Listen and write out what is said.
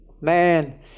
Man